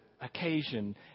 occasion